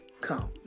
come